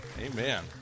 Amen